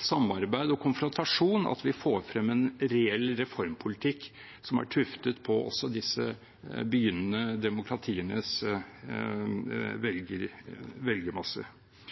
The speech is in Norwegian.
samarbeid og konfrontasjon vi får frem en reell reformpolitikk som er tuftet på også disse begynnende demokratienes